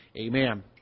Amen